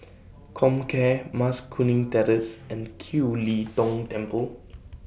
Comcare Mas Kuning Terrace and Kiew Lee Tong Temple